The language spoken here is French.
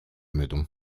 meudon